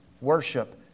worship